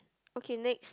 okay next